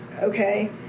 okay